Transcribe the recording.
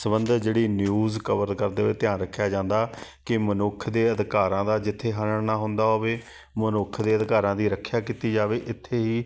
ਸਬੰਧਿਤ ਜਿਹੜੀ news cover ਕਰਦੇ ਹੋਏ ਧਿਆਨ ਰੱਖਿਆ ਜਾਂਦਾ ਕਿ ਮਨੁੱਖ ਦੇ ਅਧਿਕਾਰਾਂ ਦਾ ਜਿੱਥੇ ਹਰਣ ਨਾ ਹੁੰਦਾ ਹੋਵੇ ਮਨੁੱਖ ਦੇ ਅਧਿਕਾਰਾਂ ਦੀ ਰੱਖਿਆ ਕੀਤੀ ਜਾਵੇ ਇੱਥੇ ਹੀ